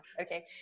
Okay